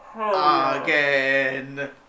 Again